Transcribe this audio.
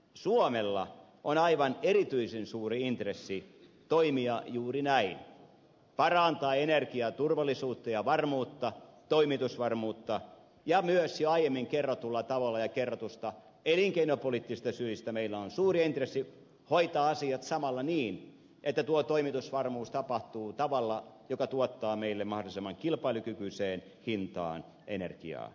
suomella on aivan erityisen suuri intressi toimia juuri näin parantaa energiaturvallisuutta ja toimitusvarmuutta ja myös jo aiemmin kerrotulla tavalla ja kerrotuista elinkeinopoliittista syistä meillä on suuri intressi hoitaa asiat samalla niin että tuo toimitusvarmuus tapahtuu tavalla joka tuottaa meille mahdollisimman kilpailukykyiseen hintaan energiaa